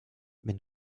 wenn